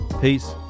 peace